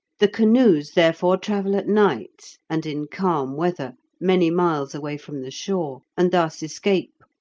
the canoes, therefore, travel at night and in calm weather many miles away from the shore, and thus escape,